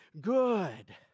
good